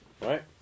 Right